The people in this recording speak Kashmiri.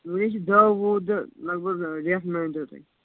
سُے حٲز چھُ دہ وُہ دۄہ لَگ بَگ رٮ۪تھ مٲنۍ تَو تُہۍ